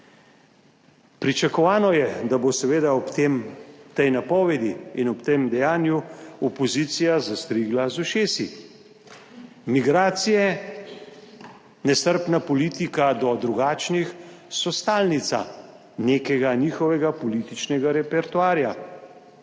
Pričakovano je, da bo ob tem, ob tej napovedi in ob tem dejanju, opozicija zastrigla z ušesi. Migracije, nestrpna politika do drugačnih so stalnica nekega njihovega političnega repertoarja.